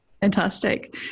Fantastic